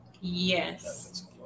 Yes